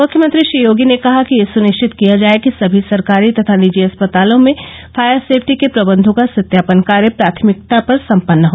मुख्यमंत्री श्री योगी ने कहा कि यह सुनिश्चित किया जाए कि समी सरकारी तथा निजी अस्पतालों में फायर सेफ्टी के प्रबन्धों का सत्यापन कार्य प्राथमिकता पर सम्पन्न हो